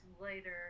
later